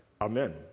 Amen